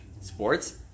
sports